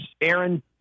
Aaron